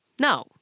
No